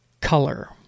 color